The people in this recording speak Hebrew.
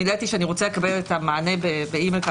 ביקשתי לקבל את המענה באימייל.